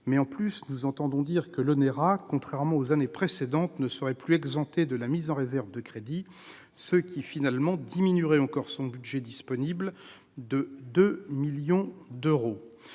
d'autre part, nous entendons dire que l'Onera, contrairement aux années précédentes, ne serait plus exempté de la mise en réserve de crédits, ce qui diminuerait encore son budget disponible de 2 millions d'euros.